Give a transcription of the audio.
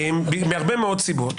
מהרבה מאוד סיבות,